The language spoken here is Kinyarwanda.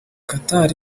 qatar